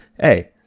hey